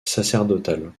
sacerdotale